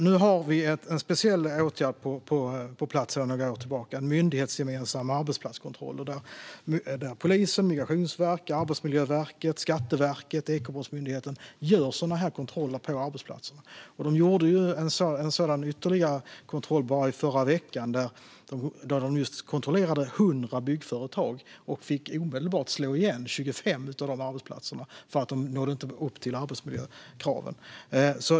Nu har vi en speciell åtgärd på plats sedan några år tillbaka: en myndighetsgemensam arbetsplatskontroll. Polisen, Migrationsverket, Arbetsmiljöverket, Skatteverket och Ekobrottsmyndigheten gör kontroller på arbetsplatserna. De gjorde en sådan bara i förra veckan då de kontrollerade 100 byggföretag, och omedelbart fick 25 av arbetsplatserna slås igen för att de inte nådde upp till arbetsmiljökraven.